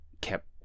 kept